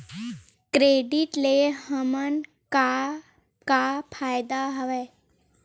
Credit ले हमन का का फ़ायदा हवय?